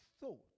thought